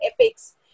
epics